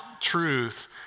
truth